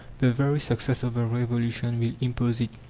the very success of the revolution will impose it.